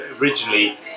originally